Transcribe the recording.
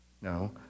No